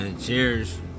Cheers